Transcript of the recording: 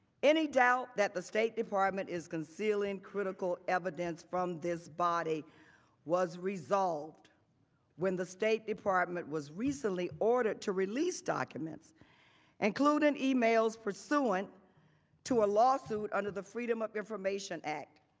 any doubt that the state department is concealing critical evidence from this body was resolved when the state department was recently ordered to release documents and included and emails pursuant to a lawsuit under the freedom of information act.